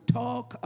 talk